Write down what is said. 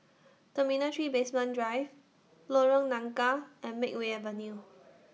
Terminal three Basement Drive Lorong Nangka and Makeway Avenue